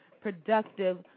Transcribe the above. productive